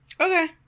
okay